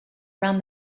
around